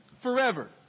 forever